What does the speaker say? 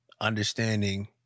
understanding